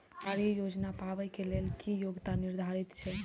सरकारी योजना पाबे के लेल कि योग्यता निर्धारित छै?